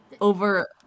over